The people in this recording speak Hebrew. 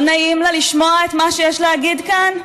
לא נעים לה לשמוע את מה שיש להגיד כאן?